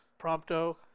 Prompto